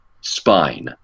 spine